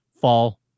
fall